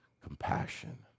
compassion